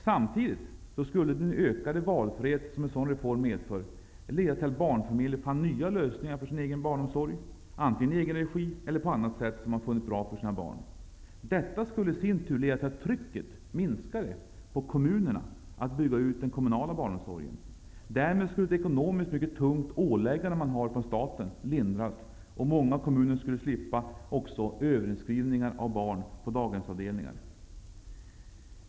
Samtidigt skulle den ökade valfrihet som en sådan reform medför leda till att barnfamiljer fann nya lösningar för sin egen barnomsorg, i egen regi eller på annat sätt som man har funnit bra för sina barn. Detta skulle i sin tur leda till att trycket minskade på kommunerna att bygga ut den kommunala barnomsorgen. Därmed skulle ett ekonomiskt mycket tungt åläggande från staten lindras och många kommuner skulle slippa ''överinskriva'' barn på daghemsavdelningar.